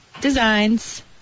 Designs